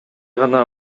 гана